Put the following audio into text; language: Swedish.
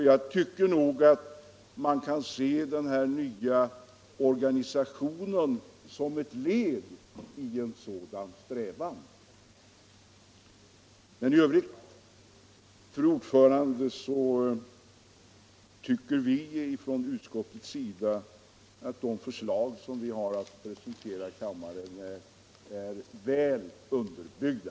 Jag tycker att man kan se den här nya organisationen som ett led i en sådan strävan. Vi tycker, fru talman, att de förslag som från utskottets sida presenterats kammaren är väl underbyggda.